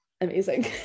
amazing